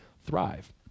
thrive